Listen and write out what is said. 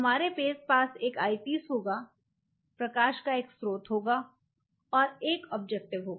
हमारे पास एक ऑयपीस होगा प्रकाश का एक स्रोत होगा और एक ऑब्जेक्टिव होगा